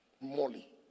Molly